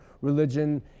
religion